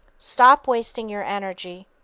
stop wasting your energy.